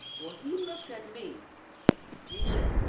well he looked at me and he said